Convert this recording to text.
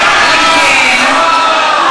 כבוד השר, מוטי יוגב, תראה מה הוא אמר.